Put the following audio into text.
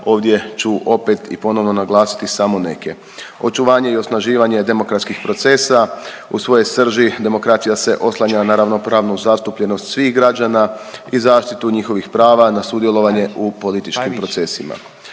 Ovdje ću opet i ponovno naglasiti samo neke, očuvanje i osnaživanje demokratskih procesa. U svojoj srži demokracija se oslanja na ravnopravnu zastupljenost svih građana i zaštitu njihovih prava na sudjelovanje u političkim procesima.